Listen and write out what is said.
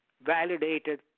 validated